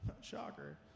shocker